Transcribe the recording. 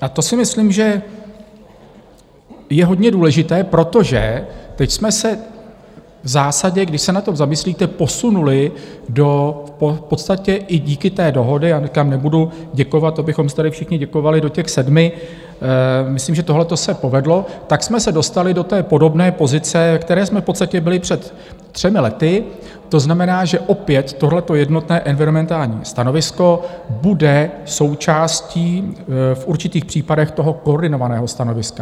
A to si myslím, že je hodně důležité, protože teď jsme se v zásadě, když se nad tím zamyslíte, posunuli do v podstatě i díky té dohodě, a říkám, nebudu děkovat, to bychom si tady všichni děkovali do těch sedmi, myslím, že tohle to se povedlo tak jsme se dostali do podobné pozice, ve které jsme v podstatě byli před třemi lety, to znamená, že opět tohleto jednotné environmentální stanovisko bude součástí v určitých případech koordinovaného stanoviska.